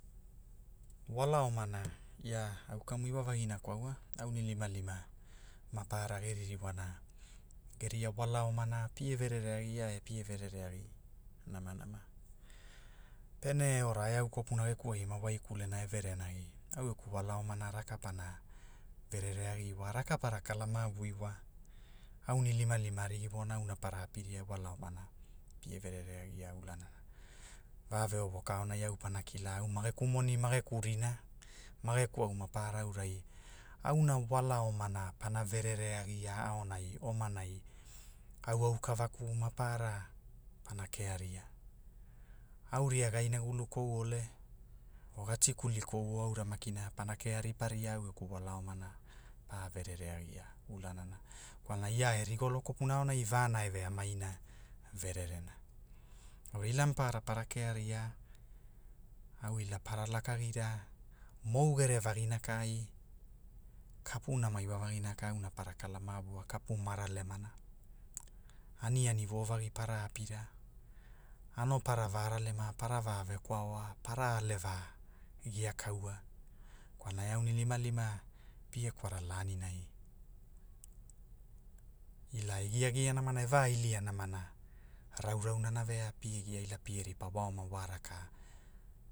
Wala omana, ia, au kamu iwavagina kwaua, aunilimalima maparara ge ririwana, geria wala omana pie verere agia e pie verere agi, namanama. Pene ora e au kopuna geku ai ema wakulena e verenagi alu eku wala omana raka pana, verere agi iwa raka para kala mavu iwa, aunilimalima arigi wona aura para apiria wala omana, pie verere agia ulanana, va ve owoka ka aonai au pana kila au mageku moni mageku rinaa, mageku au maparara aarai, auna wala omana pana verere agia aonai, omanai, au auka vaku mapara, pana kea ria, au ria ga inagulu kou ole. oga tikuli. kouo aura makina pana kea riparia au geku wala omana, pa verere agia, ulanana, kwalana ia e rigolo kopuna aonai vana eveamaina, vererena, au ila mapara para kearia, au ila para laka gira mou gere vagina kai, kapu nama iwavagina ka auna para kala mavua kapu ma ralemana, aniani vovagi para apira, ano para va ralema para va ve kwaua, para aleva, giakaua, kwalna e aunilimalima pie kwara lanilani, ila ai giagia namana e va ilia namana, raurau na veapie gia ila ripa wa oma wa raka